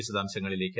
വിശദാംശങ്ങളിലേക്ക്